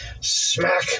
Smack